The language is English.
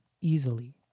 easily